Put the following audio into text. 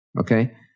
okay